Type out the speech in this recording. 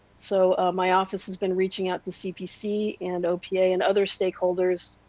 so, my office has been reaching out to cpc and opa, and other stakeholders,